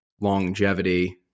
longevity